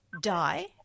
die